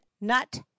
NUT